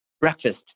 breakfast